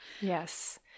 Yes